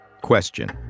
Question